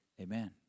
Amen